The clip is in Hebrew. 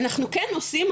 אנחנו כן עושים,